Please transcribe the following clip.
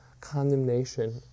condemnation